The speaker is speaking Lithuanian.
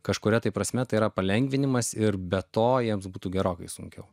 kažkuria prasme tai yra palengvinimas ir be to jiems būtų gerokai sunkiau